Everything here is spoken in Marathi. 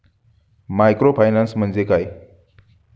मायक्रोफायनान्स म्हणजे काय?